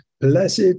Blessed